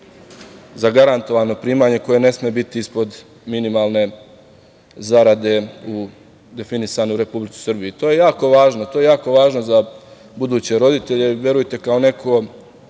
zagarantovana primanja koje ne sme biti ispod minimalne zarade definisane u Republici Srbiji. To je jako važno za buduće roditelje, verujte kao neko